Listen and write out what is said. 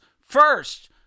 first